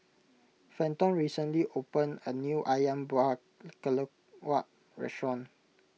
Fenton recently opened a new Ayam Buah Keluak Restaurant